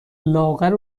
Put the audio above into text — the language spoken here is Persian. لاغر